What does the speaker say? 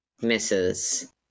misses